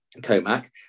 COMAC